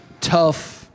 tough